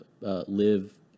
live